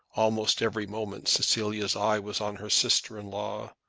almost every moment cecilia's eye was on her sister-in-law.